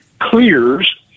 clears